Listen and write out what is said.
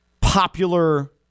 popular